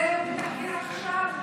זה תחקיר עכשיו?